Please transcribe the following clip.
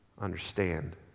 understand